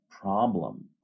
problem